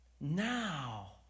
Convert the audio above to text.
now